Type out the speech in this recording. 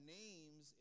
names